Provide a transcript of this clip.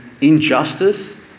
injustice